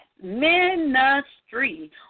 ministry